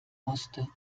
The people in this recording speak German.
musste